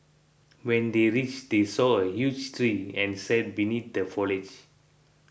when they reached they saw a huge tree and sat beneath the foliage